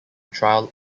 trial